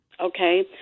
Okay